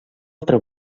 altra